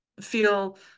feel